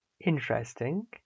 interesting